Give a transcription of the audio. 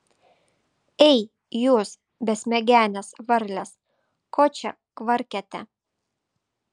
ei jūs besmegenės varlės ko čia kvarkiate